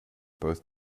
both